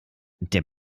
der